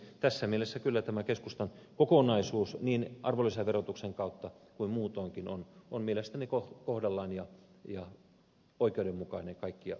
tässä mielessä kyllä tämä keskustan kokonaisuus niin arvonlisäverotuksen kautta kuin muutoinkin on mielestäni kohdallaan ja oikeudenmukainen kaikkia suomalaisia kohtaan